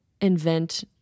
invent